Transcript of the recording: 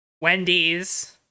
Wendy's